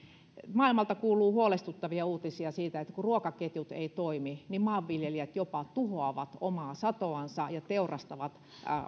maailmalta kuuluu huolestuttavia uutisia siitä että kun ruokaketjut eivät toimi niin maanviljelijät jopa tuhoavat omaa satoansa ja teurastavat